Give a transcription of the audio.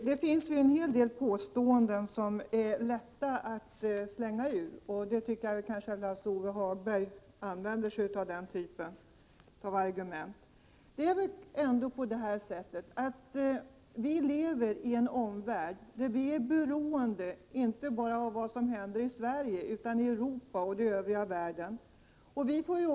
Herr talman! Det är lätt att bara slänga ur sig påståenden, något som jag tycker att Lars-Ove Hagberg gör i sin argumentering. Men vi lever i en värld där vi är beroende inte bara av vad om händer i Sverige utan också av vad som händer i Europa och i den övriga världen.